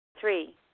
Three